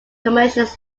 commercials